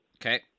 Okay